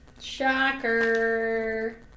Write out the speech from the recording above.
Shocker